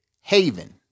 haven